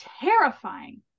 terrifying